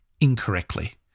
incorrectly